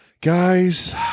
Guys